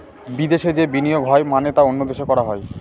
বিদেশে যে বিনিয়োগ হয় মানে তা অন্য দেশে করা হয়